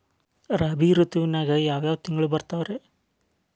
ರಾಬಿ ಋತುವಿನಾಗ ಯಾವ್ ಯಾವ್ ತಿಂಗಳು ಬರ್ತಾವ್ ರೇ?